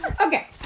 Okay